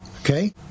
Okay